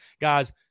Guys